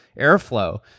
airflow